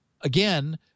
again